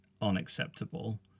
unacceptable